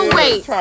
wait